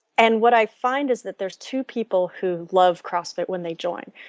and what i find is that there is two people who love crossfit when they joined.